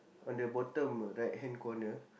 on the bottom right hand corner